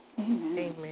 amen